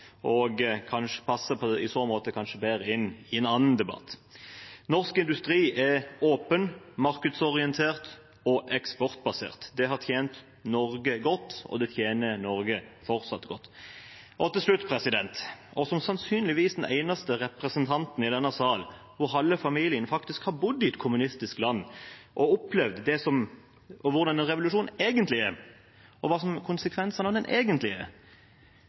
måte kanskje bedre inn i en annen debatt. Norsk industri er åpen, markedsorientert og eksportbasert. Det har tjent Norge godt, og tjener Norge fortsatt godt. Til slutt: Som sannsynligvis den eneste representanten i denne salen der halve familien faktisk har bodd i et kommunistisk land og opplevd hvordan en revolusjon egentlig er, og hva konsekvensene egentlig er,